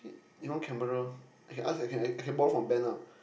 you want camera I can ask I can I can borrow from Ben ah